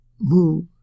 move